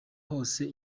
hose